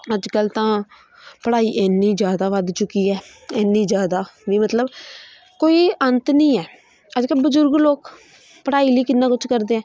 ਅੱਜ ਕੱਲ੍ਹ ਤਾਂ ਪੜ੍ਹਾਈ ਇੰਨੀ ਜ਼ਿਆਦਾ ਵੱਧ ਚੁੱਕੀ ਹੈ ਇੰਨੀ ਜ਼ਿਆਦਾ ਵੀ ਮਤਲਬ ਕੋਈ ਅੰਤ ਨਹੀਂ ਹੈ ਅੱਜ ਕੱਲ੍ਹ ਬਜ਼ੁਰਗ ਲੋਕ ਪੜ੍ਹਾਈ ਲਈ ਕਿੰਨਾ ਕੁਛ ਕਰਦੇ ਹੈ